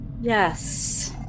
yes